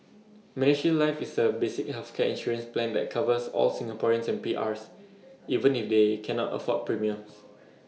medishield life is A basic healthcare insurance plan that covers all Singaporeans and PRs even if they cannot afford premiums